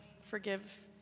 forgive